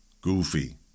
goofy